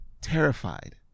terrified